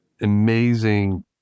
amazing